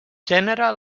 gènere